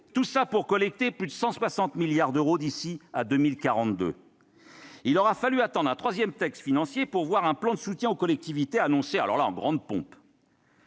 niveau, pour collecter plus de 160 milliards d'euros d'ici à 2042 ! Cela dit, il aura fallu attendre un troisième texte financier pour voir un plan de soutien aux collectivités annoncé en grande pompe.